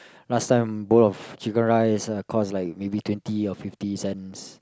last time bowl of chicken rice uh cost like maybe twenty or fifty cents